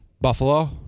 Buffalo